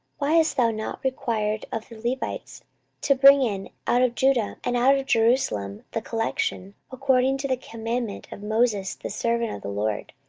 why hast thou not required of the levites to bring in out of judah and out of jerusalem the collection, according to the commandment of moses the servant of the lord,